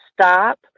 stop